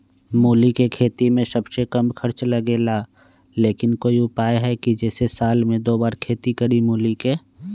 मूली के खेती में सबसे कम खर्च लगेला लेकिन कोई उपाय है कि जेसे साल में दो बार खेती करी मूली के?